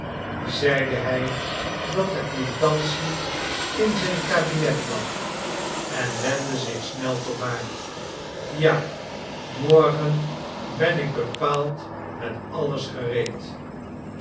zeide hij dat de kwitantie in zijn kabinet lag en wendde zich snel tot haar ja morgen ben ik bepaald met alles gereed